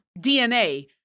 DNA